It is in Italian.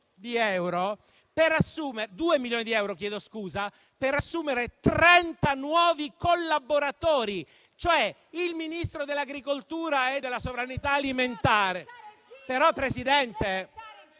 per assumere trenta nuovi collaboratori. Il Ministro dell'agricoltura e della sovranità alimentare...